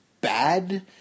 bad